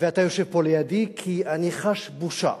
ואתה יושב פה לידי, אני חש בושה